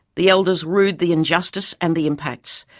the elders rued the injustice and the impacts,